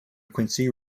quincy